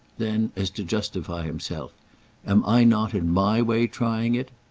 then as to justify himself am i not in my way trying it?